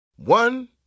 One